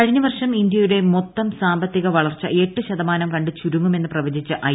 കഴിഞ്ഞ വർഷം ഇന്ത്യയുടെ മൊത്തം സാമ്പത്തിക വളർച്ച എട്ട് ശതമാനം കണ്ട് ചുരുങ്ങുമെന്ന് പ്രവചിച്ച ഐ